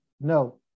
no